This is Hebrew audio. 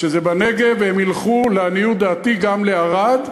שזה בנגב, והם ילכו, לעניות דעתי, גם לערד,